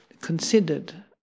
considered